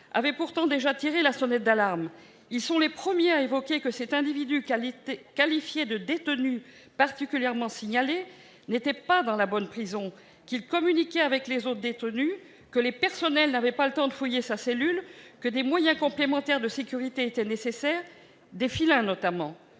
avaient déjà tiré la sonnette d'alarme. Ils sont les premiers à souligner que cet individu, qualifié de « détenu particulièrement signalé », n'était pas dans la bonne prison, qu'il communiquait avec les autres détenus, que le personnel n'avait pas le temps de fouiller sa cellule et que des moyens complémentaires de sécurité, notamment des filins, étaient